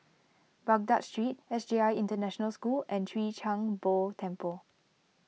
Baghdad Street S J I International School and Chwee Kang Beo Temple